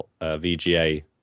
VGA